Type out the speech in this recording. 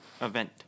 event